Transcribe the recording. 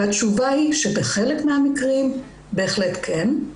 התשובה היא שבחלק מהמקרים בהחלט כן.